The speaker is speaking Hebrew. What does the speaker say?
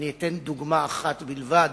אני אתן דוגמה אחת בלבד